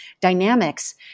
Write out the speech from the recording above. dynamics